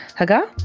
hagar,